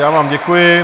Já vám děkuji.